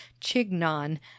chignon